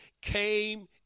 came